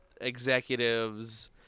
executives